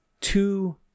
two